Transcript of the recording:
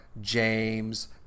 James